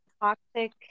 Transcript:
toxic